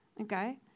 Okay